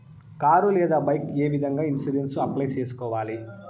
car లేదా bike ఏ విధంగా ఇన్సూరెన్సు అప్లై సేసుకోవాలి